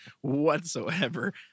whatsoever